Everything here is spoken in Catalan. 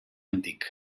antic